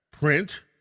print